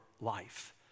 life